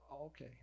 Okay